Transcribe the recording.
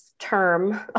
Term